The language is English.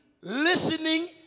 listening